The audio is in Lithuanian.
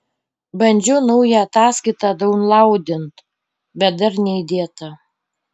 bandžiau naują ataskaitą daunlaudint bet dar neįdėta